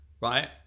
right